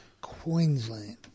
Queensland